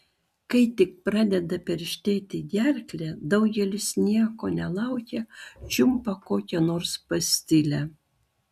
kai tik pradeda perštėti gerklę daugelis nieko nelaukę čiumpa kokią nors pastilę